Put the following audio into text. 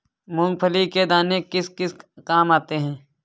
मूंगफली के दाने किस किस काम आते हैं?